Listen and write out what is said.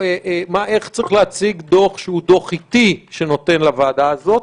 ואיך צריך להציג דוח שהוא דוח עיתי שנותן לוועדה הזאת.